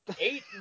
Eight